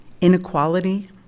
inequality